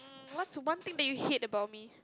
mM what's one thing that you hate about me